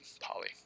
poly